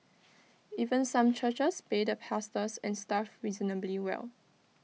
even some churches pay the pastors and staff reasonably well